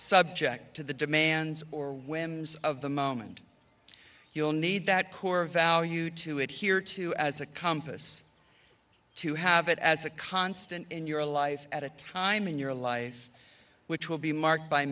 subject to the demands or whims of the moment you'll need that core value to it here to as a compass to have it as a constant in your life at a time in your life which will be marked by